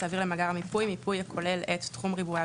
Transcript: תעביר למאגר המיפוי מיפוי הכולל את תחום ריבועי